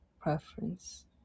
preference